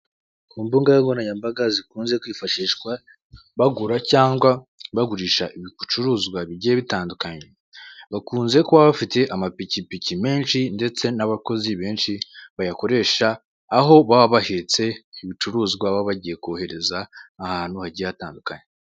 Imbugamkoranyabaga zitandukanye bakunze kwifashisha bagura cyangwa bagurisha ibicuruzwa bigiye bitandukanye bakunze kuba bafite amapikipiki menshi, ndetse n'abakozi benshi bayakoresha aho baba bahetse, ibicuruzwa baba bagiye kohereza ahantu haba hatandukanye.